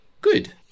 good